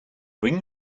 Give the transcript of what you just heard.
bring